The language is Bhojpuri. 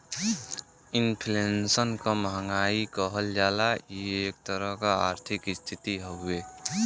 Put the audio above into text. इन्फ्लेशन क महंगाई कहल जाला इ एक तरह क आर्थिक स्थिति हउवे